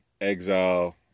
exile